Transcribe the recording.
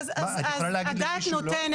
את יכולה להגיד למישהו לא?